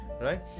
Right